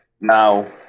Now